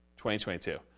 2022